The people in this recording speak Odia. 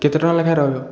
କେତେ ଟଙ୍କା ଲେଖାଁ ରହିବ